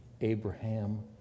Abraham